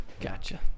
gotcha